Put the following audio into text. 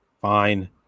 Fine